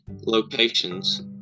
locations